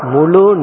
Mulu